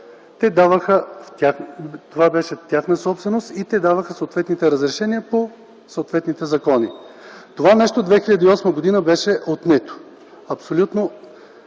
способ. Това беше тяхна собственост и те даваха съответните разрешения по съответните закони. През 2008 г. това беше отнето – абсолютно